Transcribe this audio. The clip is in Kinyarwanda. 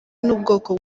n’ubwoko